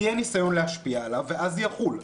תהיה ניסיון להשפיע עליו ואז זה יחול,